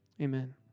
Amen